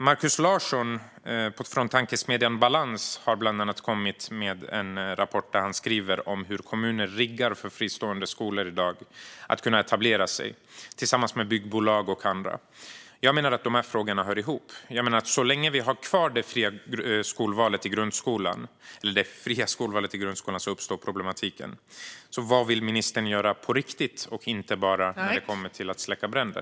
Marcus Larsson från tankesmedjan Balans har kommit med en rapport där han skriver om hur kommuner i dag riggar för etablering av fristående skolor, tillsammans med byggbolag och andra. Jag menar att de här frågorna hör ihop. Så länge vi har kvar det fria skolvalet i grundskolan uppstår problematiken. Vad vill alltså ministern göra på riktigt, inte bara när det kommer till att släcka bränder?